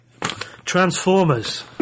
transformers